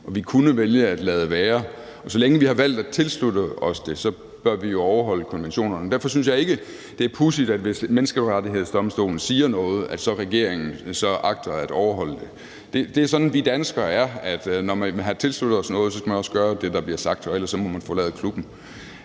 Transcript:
og vi kunne vælge at lade være. Så længe vi har valgt at tilslutte os det, bør vi jo overholde konventionerne. Derfor synes jeg ikke, det er pudsigt, at regeringen, hvis Menneskerettighedsdomstolen siger noget, så agter at overholde det. Det er sådan, vi danskere er – at når man har tilsluttet sig noget, skal man også gøre det, der bliver sagt, og ellers må man forlade klubben.